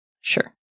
Sure